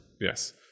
yes